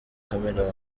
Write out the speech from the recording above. chameleone